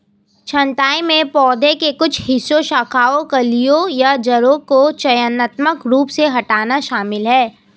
छंटाई में पौधे के कुछ हिस्सों शाखाओं कलियों या जड़ों को चयनात्मक रूप से हटाना शामिल है